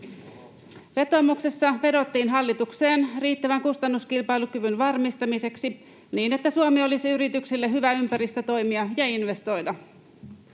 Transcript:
Vetoomuksessa vedottiin hallitukseen riittävän kustannuskilpailukyvyn varmistamiseksi niin, että Suomi olisi yrityksille hyvä ympäristö toimia ja investoida.